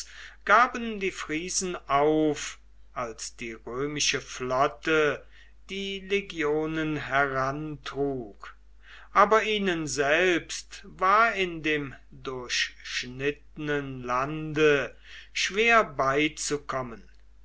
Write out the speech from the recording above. gaben die friesen auf als die römische flotte die legionen herantrug aber ihnen selbst war in dem durchschnittenen lande schwer beizukommen